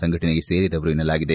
ಸಂಘಟನೆಗೆ ಸೇರಿದವರು ಎನ್ನಲಾಗಿದೆ